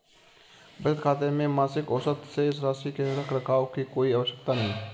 बचत खाते में मासिक औसत शेष राशि के रख रखाव की कोई आवश्यकता नहीं